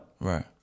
Right